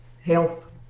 health